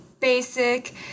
BASIC